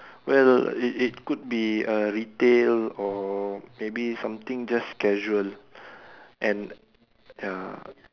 well it it could be uh retail or maybe something just casual and ya